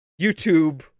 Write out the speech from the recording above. YouTube